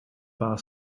bar